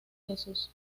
jesús